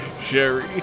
Sherry